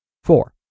Four